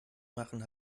machen